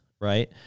right